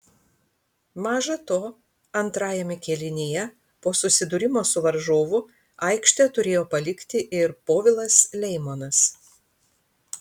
maža to antrajame kėlinyje po susidūrimo su varžovu aikštę turėjo palikti ir povilas leimonas